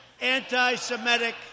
anti-Semitic